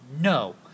No